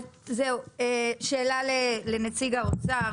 יש לי שאלה לנציג האוצר.